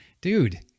dude